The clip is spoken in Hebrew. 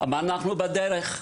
אמרנו: "אנחנו בדרך".